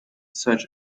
search